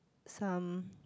some